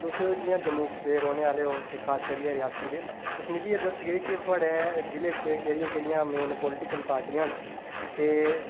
तुस जियां जम्मू दे रौह्ने आह्ले ओ ते खास करियै रियासी दे तुस मिगी एह् दसगे के थोआढ़े जिले च केह्ड़ियां केह्ड़ियां मेन पोलिटिकल पार्टियां न ते